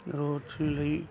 ਰੋਜ਼ੀ ਲਈ